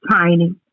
Tiny